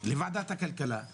לוועדת הכלכלה,